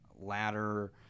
ladder